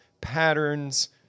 patterns